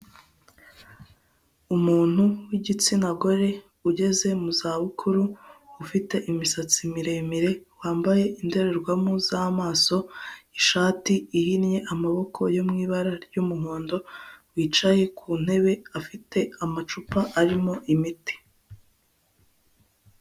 Umuntu w'igitsina gore ugeze mu za bukuru ufite imisatsi miremire, wambaye indorerwamo z'amaso, ishati ihinye amaboko yo mu ibara ry'umuhondo, wicaye ku ntebe afite amacupa arimo imiti.